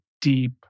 deep